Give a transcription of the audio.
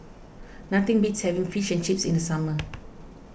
nothing beats having Fish and Chips in the summer